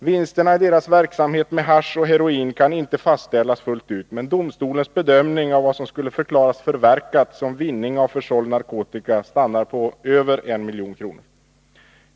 Vinsterna av deras verksamhet med hasch och heroin kan inte fastställas fullt ut, men domstolens bedömning av vad som skulle förklaras förverkat som vinning av försåld narkotika stannar på över 1 milj.kr.